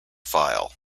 file